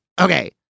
okay